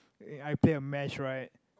uh I play a match right